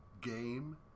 game